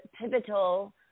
pivotal